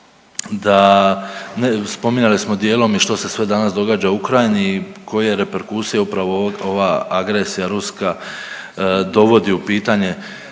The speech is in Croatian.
da, spominjali smo dijelom i što se sve danas događa u Ukrajini i koje reperkusije upravo ova agresija ruska dovodi u pitanje